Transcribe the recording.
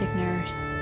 nurse